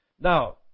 Now